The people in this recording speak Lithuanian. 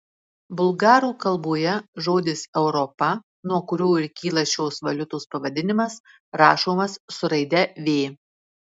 bulgarų kalboje žodis europa nuo kurio ir kyla šios valiutos pavadinimas rašomas su raide v